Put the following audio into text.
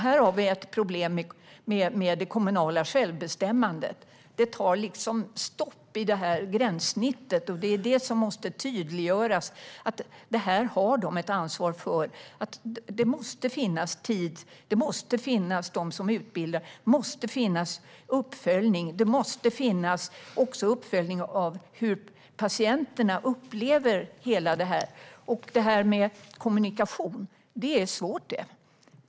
Här har vi ett problem med det kommunala självbestämmandet. Det tar liksom stopp i det här gränssnittet, och det måste tydliggöras att detta har man ett ansvar för. Det måste finnas tid, det måste finnas de som utbildar, det måste finnas uppföljning och det måste även finnas uppföljning av hur patienterna upplever allt detta. Kommunikation är svårt.